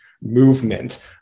movement